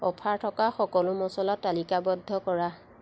offer থকা সকলো মচলা তালিকাবদ্ধ কৰা